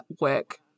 work